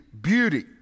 beauty